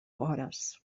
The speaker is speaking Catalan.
hores